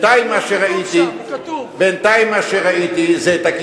בינתיים מה שראיתי, טוב, אוקיי.